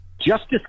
Justice